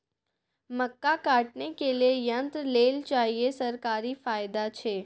मक्का काटने के लिए यंत्र लेल चाहिए सरकारी फायदा छ?